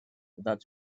without